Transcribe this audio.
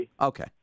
Okay